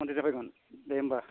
contact जाबाय दं दे होनबा